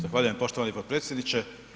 Zahvaljujem poštovani potpredsjedniče.